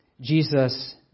Jesus